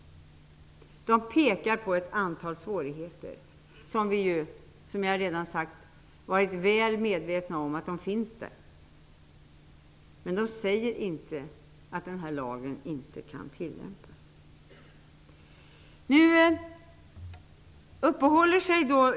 Man pekar på ett antal svårigheter, och som jag redan har sagt är vi väl medvetna om dem. Lagrådet säger inte att lagen inte kan tillämpas.